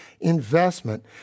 investment